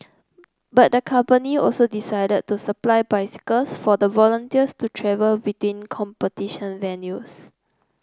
but the company also decided to supply bicycles for the volunteers to travel between competition venues